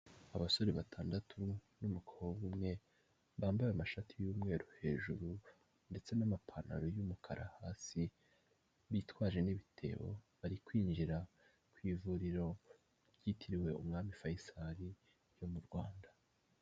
Abasore batandatu n'umukobwa umwe, bambaye amashati y'umweru hejuru ndetse n'amapantaro y'umukara hasi, bitwaje n'ibitebo, bari kwinjira ku ivuriro ryitiriwe Umwami Fayisari ryo mu Rwanda.